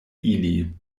ili